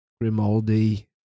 Grimaldi